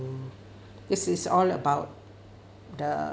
so this is all about the